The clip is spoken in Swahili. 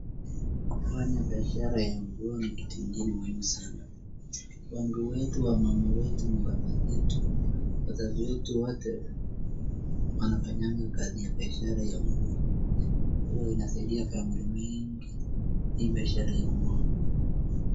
kufanya biashara ya nguo ni kitu ingine muhimu sana. wengi wetu wamama wetu mababa zetu wazazi wetu wote wanafanyanga kazi ya biashara ya nguo huwa inasaidia family mingi hii biashara ya nguo.